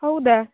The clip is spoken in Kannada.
ಹೌದಾ